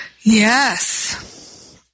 Yes